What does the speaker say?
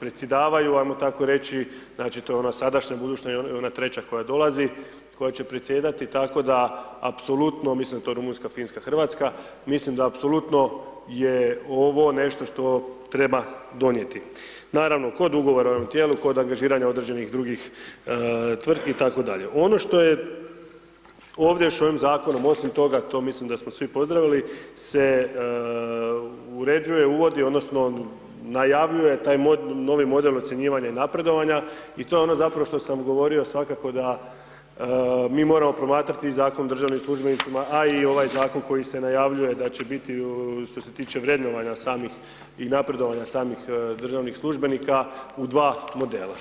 predsjedavaju, ajmo tako reći, znači, to je ona sadašnja, buduća i ona treća koja dolazi koja će presjedati, tako da apsolutno, mislim da je to Rumunjska, Finska, RH, mislim da apsolutno je ovo nešto što treba donijeti, naravno, kod Ugovora o ovom tijelu, kod angažiranja određenih drugih tvrtki itd. ovdje još ovim zakonom, osim toga to mislim da smo svi pozdravili se uređuje, uvodi odnosno najavljuje taj novi model ocjenjivanja i napredovanja i to je ono zapravo što sam govorio, svakako je da mi moramo promatrati Zakon o državnim službenicima a i ovaj zakon koji se najavljuje da će biti što se tiče vrednovanja i napredovanja samih državnih službenika u dva modela.